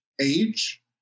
age